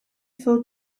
full